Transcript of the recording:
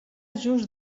just